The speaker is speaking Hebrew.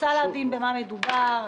רוצה להבין במה מדובר,